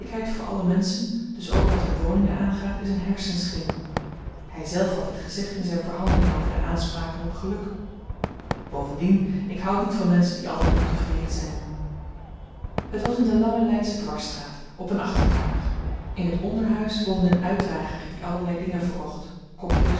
voor alle menschen dus ook wat hun woningen aangaat is een hersenschim hyzelf had dit gezegd in zyn verhandeling over de aanspraken op geluk bovendien ik houd niet van menschen die altyd ontevreden zyn het was in de lange leidsche dwarsstraat op een achterkamer in t onderhuis woonde een uitdrager die allerlei dingen verkocht kopjes